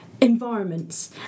environments